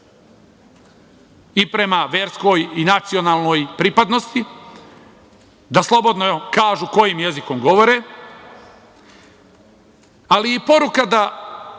i prema verskoj i nacionalnoj pripadnosti, da slobodno kažu kojim jezikom govore, ali i poruka da